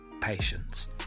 patience